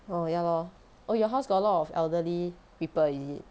oh ya lor oh your house got a lot of elderly people is it